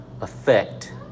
effect